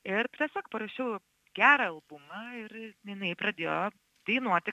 ir tiesiog parašiau gerą albumą ir jinai pradėjo dainuoti